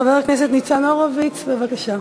חבר הכנסת ניצן הורוביץ, בבקשה.